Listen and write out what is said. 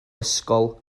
ysgol